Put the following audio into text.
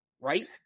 right